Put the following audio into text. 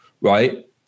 right